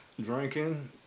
drinking